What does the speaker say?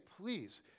please